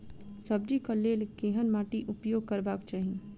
सब्जी कऽ लेल केहन माटि उपयोग करबाक चाहि?